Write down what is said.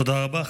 תודה רבה.